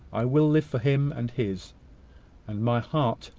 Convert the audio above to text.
i will live for him and his and my heart,